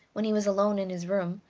when he was alone in his room,